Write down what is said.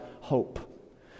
hope